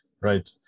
right